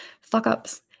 fuck-ups